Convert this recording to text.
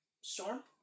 Storm